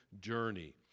journey